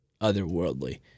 otherworldly